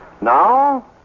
Now